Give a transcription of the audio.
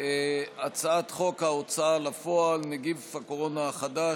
הצעת חוק ההוצאה לפועל (נגיף הקורונה החדש,